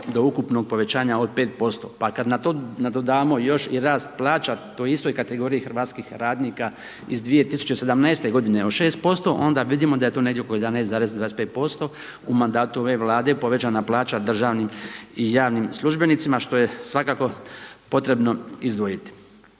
do ukupnog povećanja od 5%. Pa kada na to nadodamo još i rast plaća u toj istoj kategoriji hrvatskih radnika iz 2017. g. od 6%, onda vidimo da je to negdje oko 11,25% u mandatu ove vlade, povećana plaća državnim i javnim službenicima, što je svakako potrebno izdvojiti.